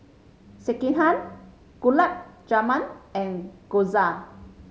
Sekihan Gulab Jamun and Gyoza